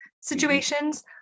situations